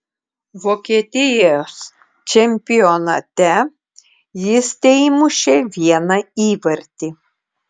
vokietijos čempionate jis teįmušė vieną įvartį